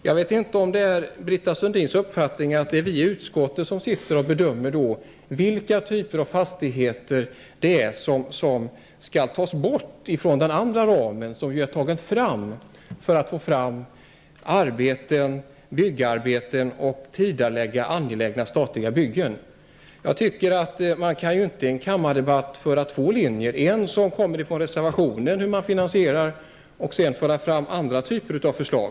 Jag vet inte om det är Britta Sundins uppfattning att det är vi i utskottet som bedömer vilka typer av fastigheter som skall tas bort från den andra ramen som vi har tagit fram för att få till stånd byggarbeten och tidigareläggande av angelägna statliga byggen. Man kan ju i en kammardebatt inte föra två linjer -- en som anges i reservationen och en annan som omfattar helt andra typer av förslag.